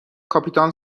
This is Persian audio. کاپیتان